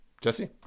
Jesse